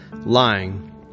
lying